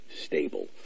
stable